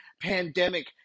pandemic